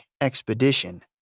expedition